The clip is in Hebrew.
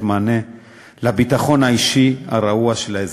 מענה לביטחון האישי הרעוע של האזרחים.